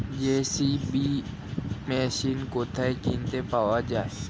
JCB machine কোথায় কিনতে পাওয়া যাবে?